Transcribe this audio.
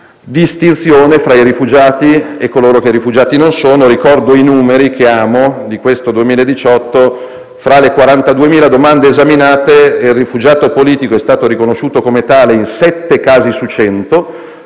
di distinzione tra i rifugiati e coloro che rifugiati non sono. Ricordo i numeri - che amo - di questo 2018: fra le 42.000 domande esaminate c'è un rifugiato politico - è stato riconosciuto come tale - in sette casi su 100.